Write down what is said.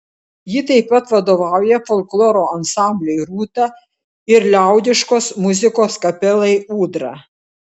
ji taip pat vadovauja folkloro ansambliui rūta ir liaudiškos muzikos kapelai ūdra